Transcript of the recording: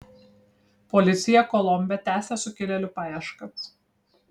policija kolombe tęsia sukilėlių paieškas